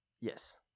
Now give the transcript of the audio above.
Yes